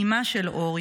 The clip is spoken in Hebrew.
אימה של אור,